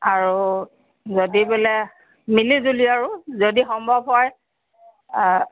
আৰু যদি বোলে মিলি জুলি আৰু যদি সম্ভৱ হয় অ